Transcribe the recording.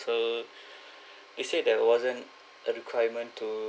so they said that it wasn't a requirement to